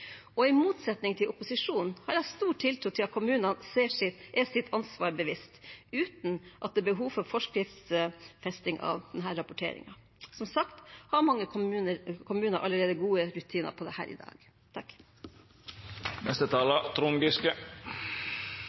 I motsetning til opposisjonen har jeg stor tiltro til at kommunene er seg sitt ansvar bevisst uten at det er behov for forskriftsfesting av denne rapporteringen. Som sagt har mange kommuner allerede i dag gode rutiner på dette. Vi har hatt mange barnevernsdebatter i